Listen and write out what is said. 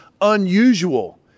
unusual